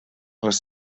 les